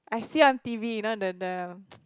I see on t_v you know the the